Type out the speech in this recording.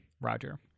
Roger